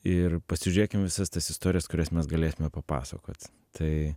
ir pasižiūrėkim visas tas istorijas kurias mes galėtume papasakot tai